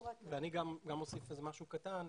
אני גם אוסיף משהו קטן.